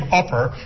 upper